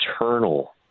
eternal